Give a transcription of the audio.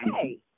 hey